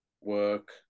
work